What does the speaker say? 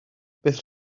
bydd